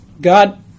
God